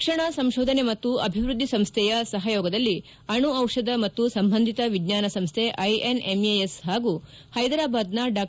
ರಕ್ಷಣಾ ಸಂಶೋಧನೆ ಮತ್ತು ಅಭಿವೃದ್ದಿ ಸಂಸ್ಥೆಯ ಸಹಯೋಗದಲ್ಲಿ ಅಣು ಔಷಧ ಮತ್ತು ಸಂಬಂಧಿತ ವಿಜ್ವಾನ ಸಂಸ್ಥೆ ಐಎನ್ಎಂಎಎಸ್ ಹಾಗೂ ಹೈದ್ರಾಬಾದ್ನ ಡಾ